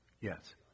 Yes